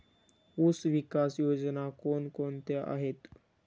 ऊसविकास योजना कोण कोणत्या आहेत?